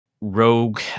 rogue